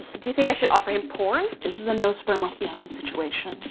do you think i should offer him porn? this is a no sperm left behind situation.